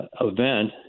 event